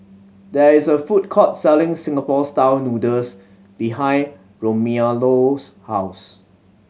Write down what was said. there is a food court selling Singapore Style Noodles behind Romello's house